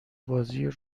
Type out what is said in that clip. بازی